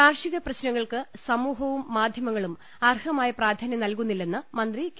കാർഷിക പ്രശ്നങ്ങൾക്ക് സമൂഹവും മാധൃമങ്ങളും അർഹമായ പ്രാധാന്യം നൽകുന്നില്ലെന്ന് മന്ത്രി കെ